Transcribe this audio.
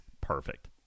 perfect